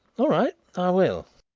all right, i will.